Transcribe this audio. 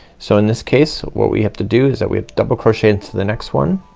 so in this case, what we have to do is that we have double crochet into the next one